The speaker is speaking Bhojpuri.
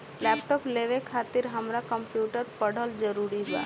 लैपटाप लेवे खातिर हमरा कम्प्युटर पढ़ल जरूरी बा?